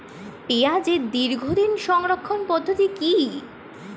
পেঁয়াজের দীর্ঘদিন সংরক্ষণ পদ্ধতি কি?